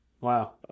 Wow